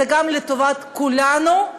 זה לטובת כולנו,